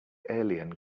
alien